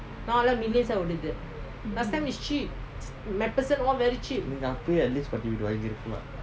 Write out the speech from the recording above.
நீங்க அப்பயே கிட்ட வாங்கிருக்கலாம்:neenga appaye kitta vanggirukkalaam